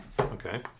Okay